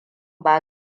ba